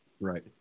right